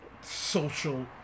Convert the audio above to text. Social